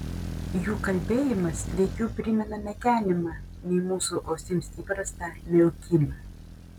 jų kalbėjimas veikiau primena mekenimą nei mūsų ausims įprastą miaukimą